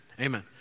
amen